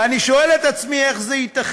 ואני שואל את עצמי, איך זה ייתכן?